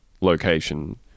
location